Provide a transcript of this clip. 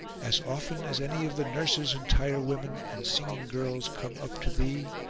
as often as any of the nurses and tirewomen and singing-girls come up to thee,